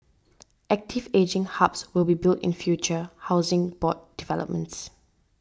active ageing hubs will be built in future Housing Board developments